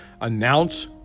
announce